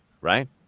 right